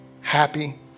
happy